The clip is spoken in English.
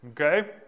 Okay